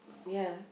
ya